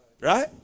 right